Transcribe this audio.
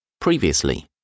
Previously